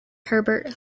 herbert